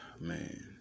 man